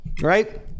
Right